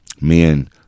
Men